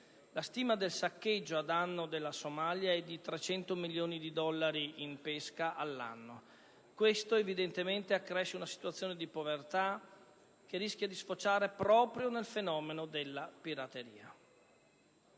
La stima del saccheggio a danno della Somalia è di 300 milioni di dollari in pesca all'anno. Questo, evidentemente, accresce una situazione di povertà che rischia di sfociare proprio nel fenomeno della pirateria.